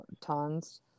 tons